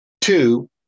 Two